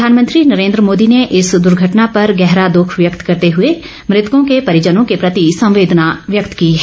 प्रधानमंत्री नरेन्द्र मोदी ने इस दुर्घटना पर गहरा दुख व्यक्त करते हुए मृतकों के परिजनों के प्रति संवेदना व्यक्त की है